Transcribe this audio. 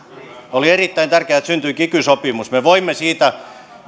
oli erittäin tärkeää että syntyi kiky sopimus me voimme siitä